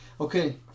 Okay